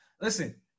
Listen